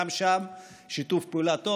גם שם היה שיתוף פעולה טוב,